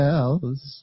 else